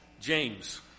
James